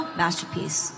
masterpiece